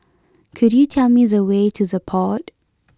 could you tell me the way to The Pod